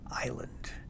Island